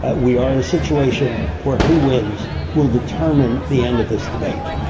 ah we are in a situation where who wins will determine the end of this debate.